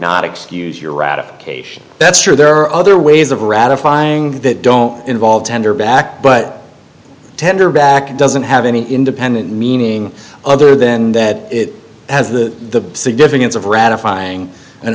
not excuse your ratification that's sure there are other ways of ratifying that don't involve tender back but tender back doesn't have any independent meaning other than that it has the significance of ratifying and